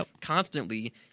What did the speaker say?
constantly